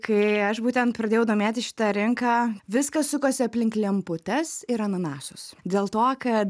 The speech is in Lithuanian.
kai aš būtent pradėjau domėtis šita rinka viskas sukosi aplink lemputes ir ananasus dėl to kad